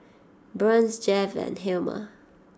Burns Jeff and Helmer